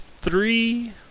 three